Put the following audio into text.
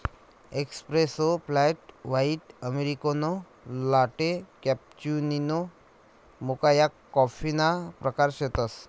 espresso, flat white, americano, latte, cappuccino, mocha या कॉफीना प्रकार शेतसं